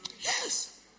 Yes